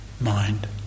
mind